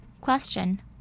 Question